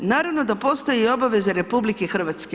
Naravno da postoji i obaveza RH.